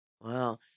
Wow